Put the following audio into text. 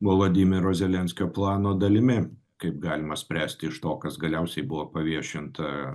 volodimiro zelenskio plano dalimi kaip galima spręsti iš to kas galiausiai buvo paviešinta